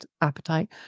appetite